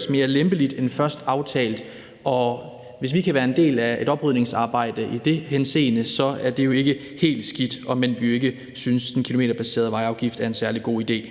afgiften mere lempeligt end først aftalt, og hvis vi kan være en del af et oprydningsarbejde i den henseende, er det ikke helt skidt, om end vi jo ikke synes, den kilometerbaserede vejafgift er en særlig god idé.